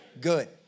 good